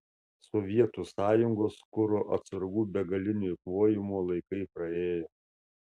sovietų sąjungos kuro atsargų begalinio eikvojimo laikai praėjo